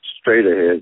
straight-ahead